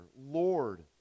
Lord